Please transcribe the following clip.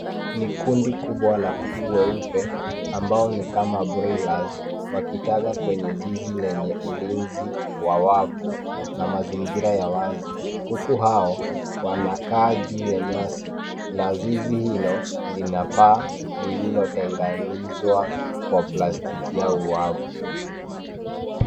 Ni kundi kubwa la kuku weupe ambao ni kama broilers , wakitaga kwenye zizi lenye ulinzi wa wavu na mazingira ya wazi. Kuku hao wanakaa juu ya nyasi. Na zizi hilo lina paa lililotenganizwa kwa plastiki au uwavu.